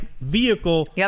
vehicle